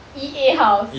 E_A house